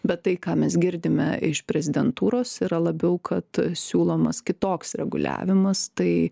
bet tai ką mes girdime iš prezidentūros yra labiau kad siūlomas kitoks reguliavimas tai